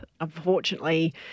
Unfortunately